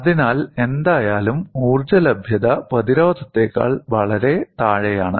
അതിനാൽ എന്തായാലും ഊർജ്ജ ലഭ്യത പ്രതിരോധത്തെക്കാൾ വളരെ താഴെയാണ്